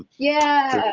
yeah.